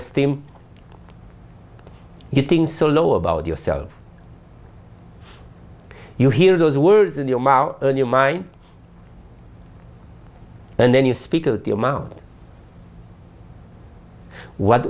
esteem getting so low about yourself you hear those words in your mouth in your mind and then you speak of the amount what